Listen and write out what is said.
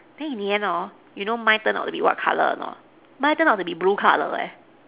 then in the end or not you know mine turn out to be what color or not my turn out to be blue color leh